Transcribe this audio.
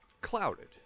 clouded